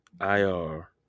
ir